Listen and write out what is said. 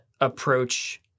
approach